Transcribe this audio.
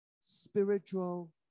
spiritual